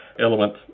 element